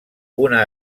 una